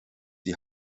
die